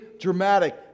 dramatic